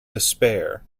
despair